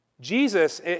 Jesus